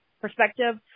perspective